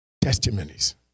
testimonies